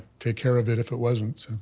take care of it if it wasn't, so.